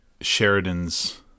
Sheridan's